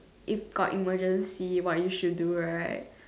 if got emergency what you should do right